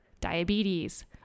diabetes